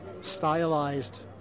stylized